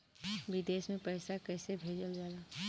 विदेश में पैसा कैसे भेजल जाला?